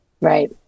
right